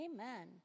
Amen